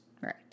Right